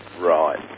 right